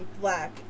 black